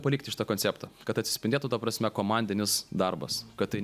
palikti šitą konceptą kad atsispindėtų ta prasme komandinis darbas kad tai